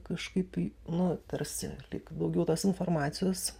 kažkaip nu tarsi lyg daugiau tos informacijos